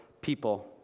people